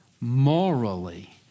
morally